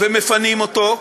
ומפנים אותו,